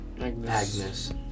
Agnes